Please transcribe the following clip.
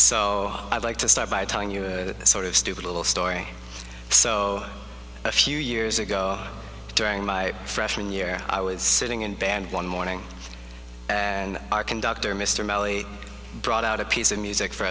so i'd like to start by telling you it sort of stupid little story so a few years ago during my freshman year i was sitting in band one morning and our conductor mr malley brought out a piece of music for